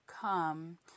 come